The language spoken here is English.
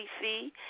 see